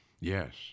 Yes